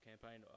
campaign